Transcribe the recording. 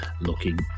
looking